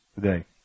today